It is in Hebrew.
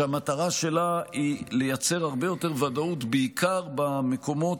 שהמטרה שלה היא לייצר הרבה יותר ודאות בעיקר במקומות